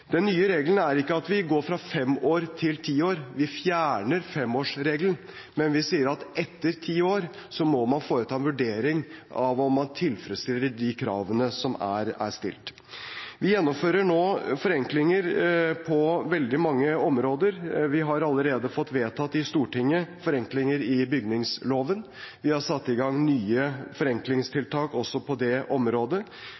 Den nye regelen er ikke at vi går fra fem år til ti år – vi fjerner femårsregelen, men vi sier at etter ti år må man foreta en vurdering av om man tilfredsstiller de kravene som er stilt. Vi gjennomfører nå forenklinger på veldig mange områder. Vi har allerede fått vedtatt i Stortinget forenklinger i bygningsloven. Vi har satt i gang nye